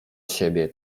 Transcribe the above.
siebie